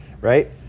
right